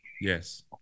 yes